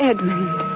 Edmund